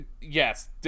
Yes